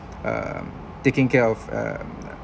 um taking care of um